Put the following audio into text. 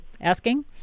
asking